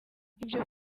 ibyo